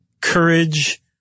courage